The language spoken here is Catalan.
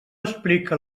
explica